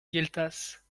gueltas